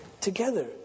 together